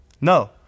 No